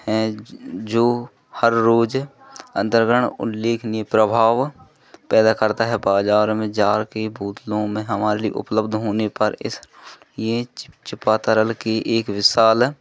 हैं जो हर रोज अन्दरण उल्लेख नि प्रभाव पैदा करता है बाज़ार में जा कर बोतलों में हमारे लिए उपलब्ध होने पर इस ये चिपचिपा तरल की एक विशाल